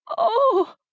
Oh